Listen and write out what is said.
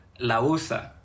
Lausa